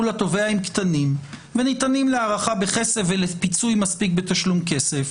לתובע הם קטנים וניתנים להערכה בכסף ולפיצוי מספיק בתשלום כסף,